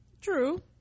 True